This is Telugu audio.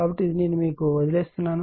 కాబట్టి ఇది నేను మీకు వదిలివేస్తున్నాను